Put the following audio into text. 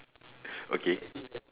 okay